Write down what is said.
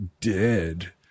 dead